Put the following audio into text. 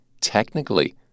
technically